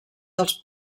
dels